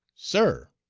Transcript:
sir!